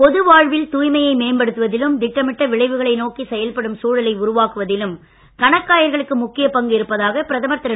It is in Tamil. பொது வாழ்வில் தூய்மையை மேம்படுத்துவதிலும் திட்டமிட்ட விளைவுகளை நோக்கி செயல்படும் சூழலை உருவாக்குவதிலும் கணக்காயர்களுக்கு முக்கிய பங்கு இருப்பதாக பிரதமர் திரு